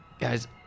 Guys